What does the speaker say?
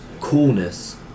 coolness